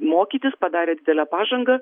mokytis padarė didelę pažangą